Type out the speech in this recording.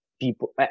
People